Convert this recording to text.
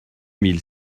mille